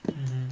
mm